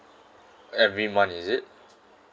every month is it